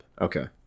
Okay